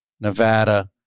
Nevada